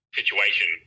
situation